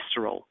cholesterol